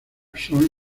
son